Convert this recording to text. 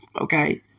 Okay